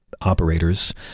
operators